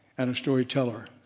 and a story teller.